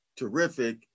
terrific